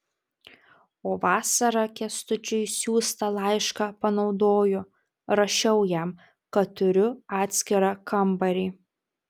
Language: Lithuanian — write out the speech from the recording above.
o vasarą kęstučiui siųstą laišką panaudojo rašiau jam kad turiu atskirą kambarį